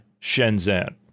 Shenzhen